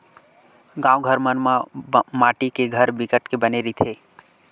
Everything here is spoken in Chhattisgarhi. गाँव घर मन म माटी के घर बिकट के बने रहिथे